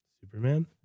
Superman